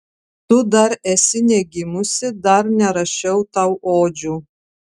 tu dar esi negimusi dar nerašiau tau odžių